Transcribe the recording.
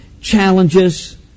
challenges